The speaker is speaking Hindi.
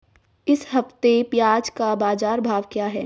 इस हफ्ते प्याज़ का बाज़ार भाव क्या है?